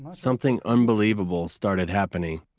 something unbelievable started happening.